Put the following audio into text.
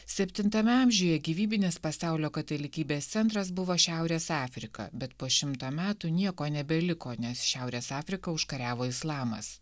septintame amžiuje gyvybinis pasaulio katalikybės centras buvo šiaurės afrika bet po šimto metų nieko nebeliko nes šiaurės afriką užkariavo islamas